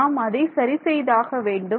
நாம் அதை சரி செய்தாக வேண்டும்